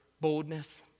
boldness